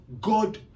God